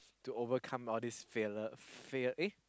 to overcome all this failure fail eh